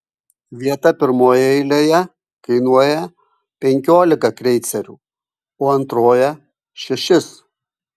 vieta pirmoje eilėje kainuoja penkiolika kreicerių o antroje šešis